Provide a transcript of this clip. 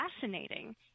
fascinating